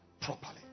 properly